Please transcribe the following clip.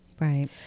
Right